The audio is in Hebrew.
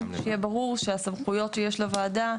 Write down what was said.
שיהיה ברור שהסמכויות שיש לוועדה,